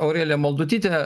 aurelija maldutytė